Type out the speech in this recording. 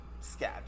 sketch